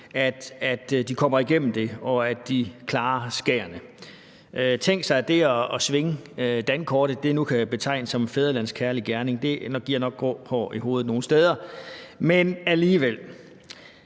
at de kommer igennem det, og at de klarer skærene. Tænk sig, at det at svinge dankortet nu kan betegnes som en fædrelandskærlig gerning. Det giver nok grå hår i hovedet nogle steder, men alligevel.